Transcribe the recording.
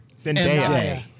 MJ